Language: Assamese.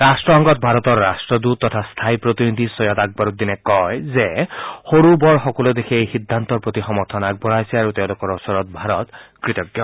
ৰাষ্ট্ৰসংঘত ভাৰতৰ ৰষ্টদূত তথা স্থায়ী প্ৰতিনিধি ছৈয়দ আকবৰ উদ্দিনে কয় যে সৰু বৰ সকলো দেশে এই সিদ্ধান্তৰ প্ৰতি সমৰ্থন আগবঢ়াইছে আৰু তেওঁলোকৰ ওচৰত ভাৰত কৃতঞ্জ